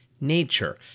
nature